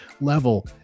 level